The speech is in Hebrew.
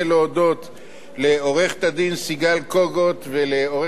לעורכת-הדין סיגל קוגוט ולעורכת-הדין רות גורדין,